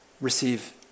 receive